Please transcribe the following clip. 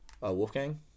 Wolfgang